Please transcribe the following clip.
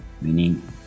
meaning